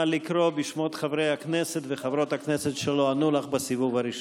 נא לקרוא בשמות חברי הכנסת וחברות הכנסת שלא ענו לך בסיבוב הראשון.